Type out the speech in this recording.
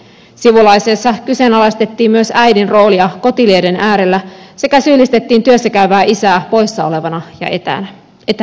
sivulauseessa kyseenalaistettiin myös äidin roolia kotilieden äärellä sekä syyllistettiin työssä käyvää isää poissa ja etäällä olevana